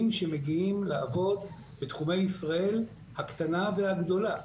שמגיעים לעבוד בתחומי ישראל הקטנה והגדולה,